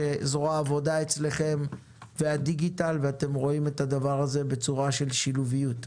שזרוע העבודה אצלכם והדיגיטל ואתם רואים את הדבר הזה בצורה של שילוביות.